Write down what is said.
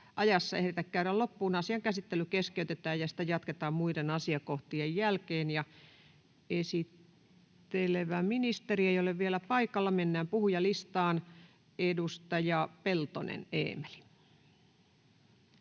ajassa ehditä käydä loppuun, asian käsittely keskeytetään ja sitä jatketaan muiden asiakohtien jälkeen. — Esittelevä ministeri ei ole vielä paikalla, joten mennään puhujalistaan. Edustaja Peltonen, Eemeli.